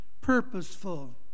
purposeful